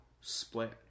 split